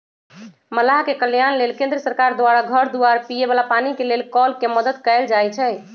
मलाह के कल्याण लेल केंद्र सरकार द्वारा घर दुआर, पिए बला पानी के लेल कल के मदद कएल जाइ छइ